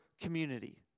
community